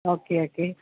okay okay